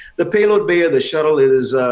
the payload bay of the shuttle is.